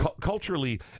Culturally